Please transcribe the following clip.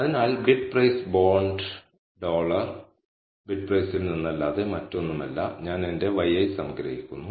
അതിനാൽ bid price bond dollar ബിഡ്പ്രൈസിൽ നിന്നല്ലാതെ മറ്റൊന്നുമല്ല ഞാൻ എന്റെ yi സംഗ്രഹിക്കുന്നു